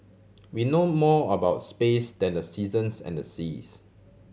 we know more about space than the seasons and the seas